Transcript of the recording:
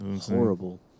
Horrible